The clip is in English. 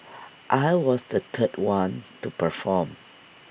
I was the third one to perform